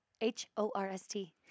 h-o-r-s-t